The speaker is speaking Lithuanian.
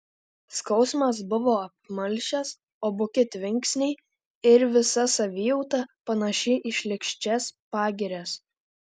skausmas buvo apmalšęs o buki tvinksniai ir visa savijauta panaši į šlykščias pagirias